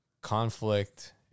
conflict